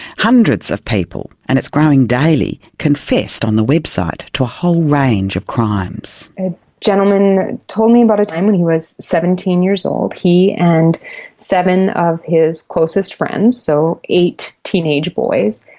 hundreds of people and it's growing daily confessed on the website to a whole range of crimes. a gentleman told me about a time when he was seventeen years old. he and seven of his closest friends, so eight teenage boys,